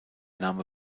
name